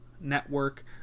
network